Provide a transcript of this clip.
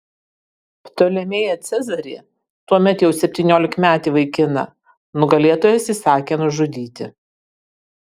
ptolemėją cezarį tuomet jau septyniolikmetį vaikiną nugalėtojas įsakė nužudyti